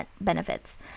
benefits